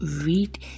Read